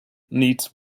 needs